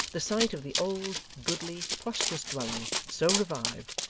the sight of the old, goodly, prosperous dwelling, so revived,